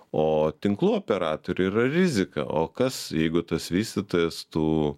o tinklų operatoriui yra rizika o kas jeigu tas vystytojas tų